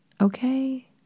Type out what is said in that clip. Okay